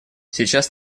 сейчас